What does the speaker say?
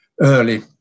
early